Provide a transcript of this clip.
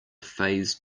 phase